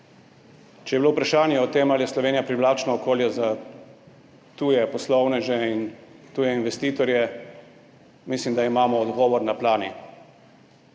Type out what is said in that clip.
Če je bilo vprašanje o tem, ali je Slovenija privlačno okolje za tuje poslovneže in tuje investitorje, mislim, da imamo odgovor na dlani.